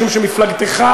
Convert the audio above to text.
משום שמפלגתך,